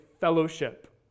fellowship